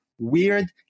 Weird